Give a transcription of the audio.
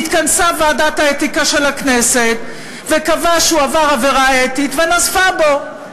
התכנסה ועדת האתיקה של הכנסת וקבעה שהוא עבר עבירה אתית ונזפה בו.